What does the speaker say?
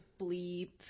bleep